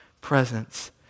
presence